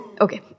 Okay